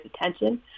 attention